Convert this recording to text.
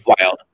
wild